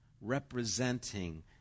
representing